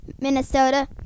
Minnesota